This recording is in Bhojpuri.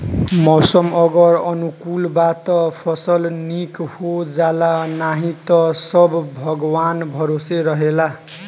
मौसम अगर अनुकूल बा त फसल निक हो जाला नाही त सब भगवान भरोसे रहेला